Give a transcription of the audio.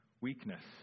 weakness